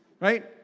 Right